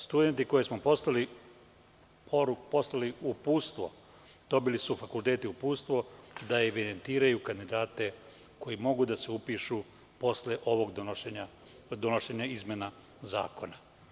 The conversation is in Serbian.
Studentima smo poslali uputstvo, odnosno dobili su fakulteti uputstvo da evidentiraju kandidate koji mogu da se upišu posle ovog donošenja izmena zakona.